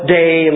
day